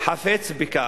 חפץ בכך.